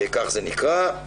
כך זה נקרא.